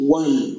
one